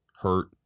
hurt